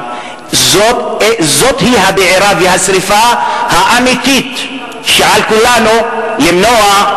זוהי הבעירה והשרפה האמיתית שעל כולנו למנוע,